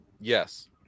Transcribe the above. Yes